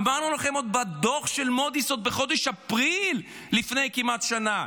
אמרנו לכם עוד בדוח של מוד'יס בחודש אפריל לפני כמעט שנה,